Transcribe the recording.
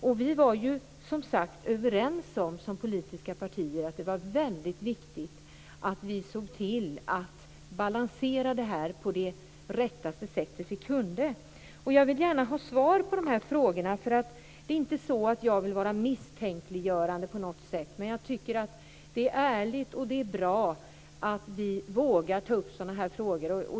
De politiska partierna var överens om att det var väldigt viktigt att vi såg till att balansera det så rätt vi kunde. Jag vill gärna ha svar på frågorna. Det är inte så att jag vill misstänkliggöra på något sätt. Men det är ärligt och det är bra att vi vågar ta upp sådana frågor.